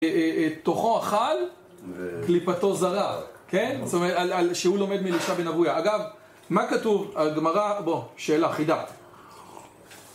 תוכו אכל, קליפתו זרה, כן? זאת אומרת, שהוא לומד מלישה בן אבויה. אגב, מה כתוב על גמרא? בוא, שאלה חידה.